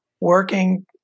working